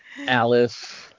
Alice